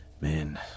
man